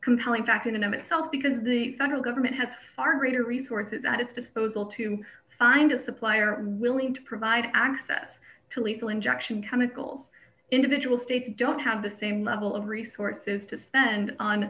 compelling fact in and of itself because the federal government has far greater resources at its disposal to find a supplier willing to provide access to lethal injection chemicals individual states don't have the same level of resources to spend on